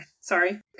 Sorry